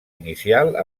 inicial